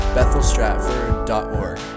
BethelStratford.org